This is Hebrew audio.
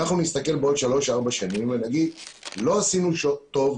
אנחנו נסתכל בעוד שלוש-ארבע שנים ונגיד ששוב לא עשינו טוב.